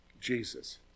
Jesus